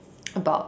about